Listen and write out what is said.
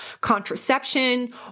contraception